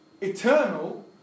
eternal